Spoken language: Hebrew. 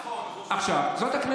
לא, אבל למה אתה אומר את זה,